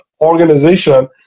organization